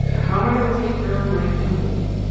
how am i going to take care of my family?